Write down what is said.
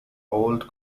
old